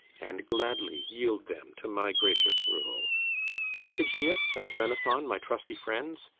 and gladly yield them to my gracious rule ortygius and menaphon, my trusty friends,